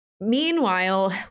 meanwhile